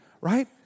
right